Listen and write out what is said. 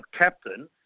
captain